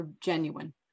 genuine